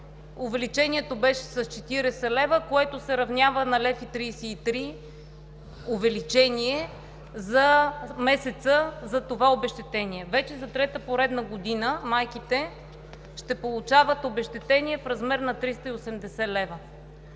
Увеличението беше с 40 лв., което се равнява на 1,33 лв. увеличение за месеца за това обезщетение. Вече за трета поредна година майките ще получават обезщетение в размер на 380 лв.